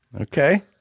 Okay